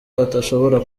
atashobora